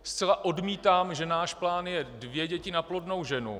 Zcela odmítám, že náš plán je dvě děti na plodnou ženu.